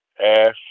ash